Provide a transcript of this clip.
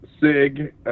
Sig